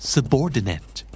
Subordinate